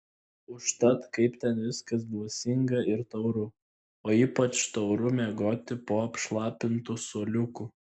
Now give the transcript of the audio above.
užtat kaip ten viskas dvasinga ir tauru o ypač tauru miegoti po apšlapintu suoliuku